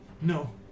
No